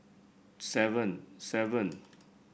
seven seven